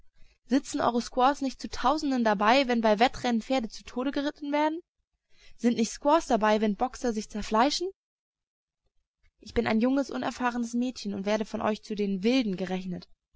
sitzen eure squaws nicht zu tausenden dabei wenn bei wettrennen pferde zu tode geritten werden sind nicht squaws dabei wenn boxer sich zerfleischen ich bin ein junges unerfahrenes mädchen und werde von euch zu den wilden gerechnet